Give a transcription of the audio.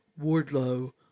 Wardlow